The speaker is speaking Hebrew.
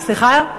סליחה?